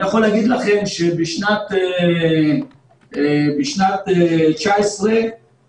אני יכול להגיד לכם שבשנת 2019 עקרנו